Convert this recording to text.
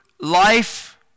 life